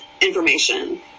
information